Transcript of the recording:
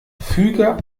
füge